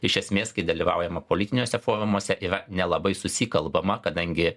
iš esmės kai dalyvaujama politiniuose forumuose yra nelabai susikalbama kadangi